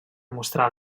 mostrar